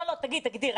תגדיר.